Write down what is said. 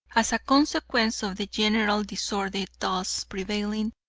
as a consequence of the general disorder thus prevailing,